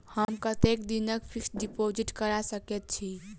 हम कतेक दिनक फिक्स्ड डिपोजिट करा सकैत छी?